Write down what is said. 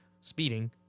speeding